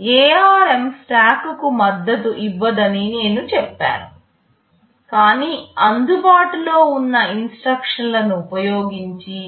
ARM స్టాక్కు మద్దతు ఇవ్వదని నేను చెప్పాను కాని అందుబాటులో ఉన్న ఇన్స్ట్రక్షన్లను ఉపయోగించి